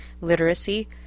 literacy